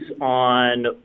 on